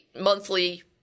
monthly